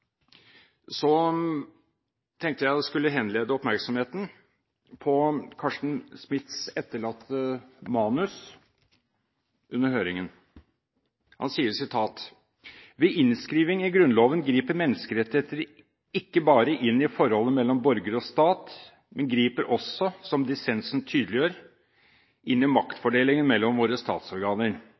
tenkte jeg å henlede oppmerksomheten på Carsten Smiths etterlatte manus under høringen. Han sier: «Ved innskrivning i Grunnloven griper menneskerettigheter ikke bare inn i forholdet mellom borger og stat, men griper også – som dissensen tydeliggjør – inn i maktfordelingen mellom våre statsorganer.